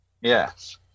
Yes